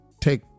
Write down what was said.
take